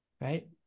right